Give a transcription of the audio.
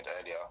earlier